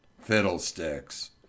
fiddlesticks